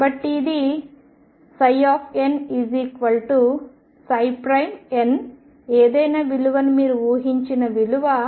కాబట్టి ఇది N N ఏదైనా విలువను మీరు ఊహించిన విలువ